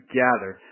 gather